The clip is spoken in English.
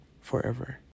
forever